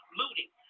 looting